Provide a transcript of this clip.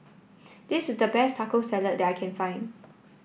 this is the best Taco Salad that I can find